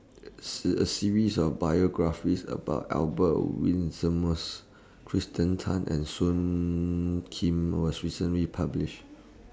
A series of biographies about Albert Winsemius Kirsten Tan and Soon Kim was recently published